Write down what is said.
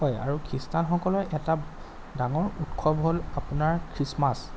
হয় আৰু খৃষ্টানসকলৰ এটা ডাঙৰ উৎসৱ হ'ল আপোনাৰ খ্ৰীষ্টমাছ